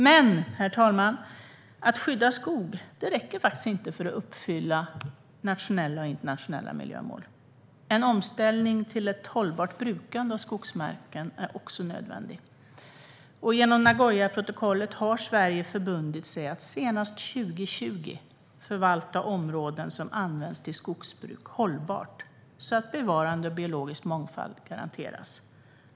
Men, herr talman, att skydda skog räcker faktiskt inte för att uppfylla nationella och internationella miljömål. En omställning till ett hållbart brukande av skogsmarken är också nödvändig. Genom Nagoyaprotokollet har Sverige förbundit sig att senast 2020 förvalta områden som används till skogsbruk på ett hållbart sätt så att bevarande av biologisk mångfald garanteras.